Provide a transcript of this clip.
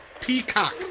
Peacock